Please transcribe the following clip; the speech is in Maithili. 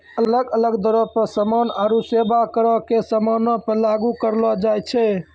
अलग अलग दरो पे समान आरु सेबा करो के समानो पे लागू करलो जाय छै